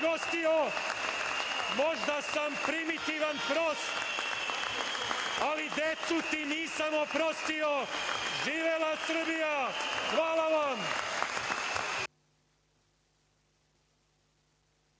možda sam primitivan, prost, ali decu ti nisam oprostio“. Živela Srbija, živela